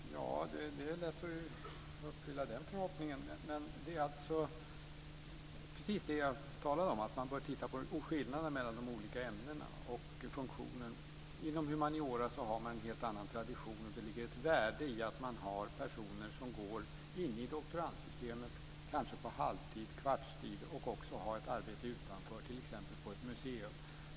Fru talman! Det är lätt att uppfylla den förhoppningen. Det är precis det jag talade om. Man bör titta på skillnaden mellan de olika ämnena och funktionerna. Inom humaniora har man en helt annan tradition. Det ligger ett värde i att man har personer som går inne i doktorandsystemet kanske på halvtid eller kvartstid och också har ett arbete utanför, t.ex. på ett museum.